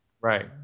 Right